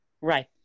Right